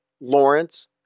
Lawrence